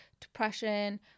depression